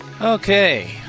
Okay